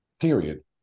period